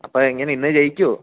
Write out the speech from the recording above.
അപ്പോഴെങ്ങനെ ഇന്നു ജയിക്കുമോ